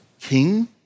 King